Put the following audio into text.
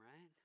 right